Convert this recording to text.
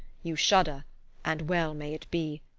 you shudder and well may it be.